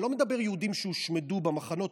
אני לא מדבר על יהודים שהושמדו במחנות,